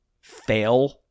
fail